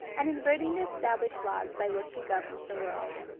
and inverting the established laws by which she governs the world.